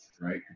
right